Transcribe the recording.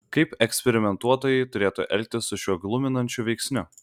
kaip eksperimentuotojai turėtų elgtis su šiuo gluminančiu veiksniu